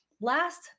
last